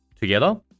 together